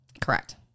Correct